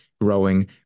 growing